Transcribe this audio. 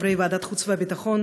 חברי ועדת החוץ והביטחון,